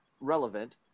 relevant